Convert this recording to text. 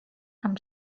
amb